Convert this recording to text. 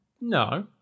No